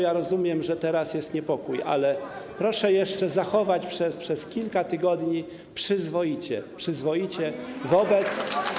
Ja rozumiem, że teraz jest niepokój, ale proszę jeszcze zachować się przez kilka tygodni przyzwoicie wobec.